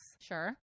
Sure